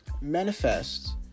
manifests